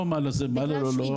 לא, לא, מה זה לא לא?